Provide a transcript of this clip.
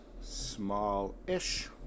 small-ish